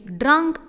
drunk